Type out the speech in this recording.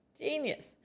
Genius